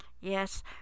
Yes